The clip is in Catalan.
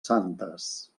santes